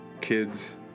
Kids